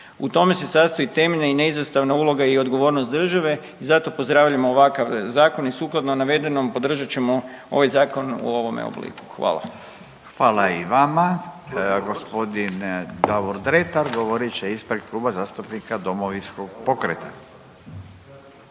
U tome se sastoji temeljna i neizostavna uloga i odgovornost države, zato pozdravljamo ovakav zakon i sukladno navedenom, podržat ćemo ovaj Zakon u ovome obliku. Hvala. **Radin, Furio (Nezavisni)** Hvala i vama. G. Davor Dretar govorit će ispred Kluba zastupnika Domovinskog pokreta,